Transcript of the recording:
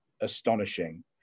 astonishing